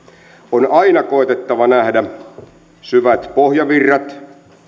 on aina koetettava nähdä syvät pohjavirrat